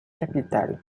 capitale